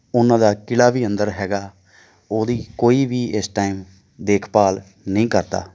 ਉਹਨਾਂ ਦਾ ਕਿਲ੍ਹਾ ਵੀ ਅੰਦਰ ਹੈਗਾ ਉਹਦੀ ਕੋਈ ਵੀ ਇਸ ਟਾਈਮ ਦੇਖਭਾਲ ਨਹੀਂ ਕਰਦਾ